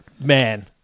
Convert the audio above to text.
Man